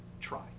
try